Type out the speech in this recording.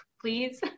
please